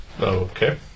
Okay